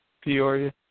Peoria